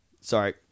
Sorry